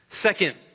Second